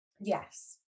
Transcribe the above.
Yes